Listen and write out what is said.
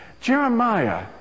Jeremiah